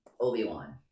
Obi-Wan